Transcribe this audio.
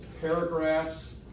paragraphs